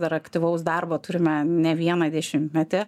dar aktyvaus darbo turime ne vieną dešimtmetį